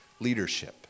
leadership